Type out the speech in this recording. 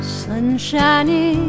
sunshiny